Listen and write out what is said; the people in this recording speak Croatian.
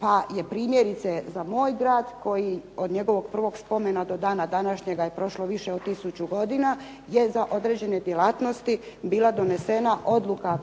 pa je primjerice za moj grad, koji od njegovog prvog spomena do dana današnjega je prošlo više od tisuću godina, je za određene djelatnosti bila donesena odluka